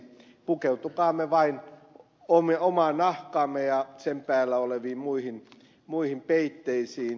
pukeutukaamme vain omaan nahkaamme ja sen päällä oleviin muihin peitteisiin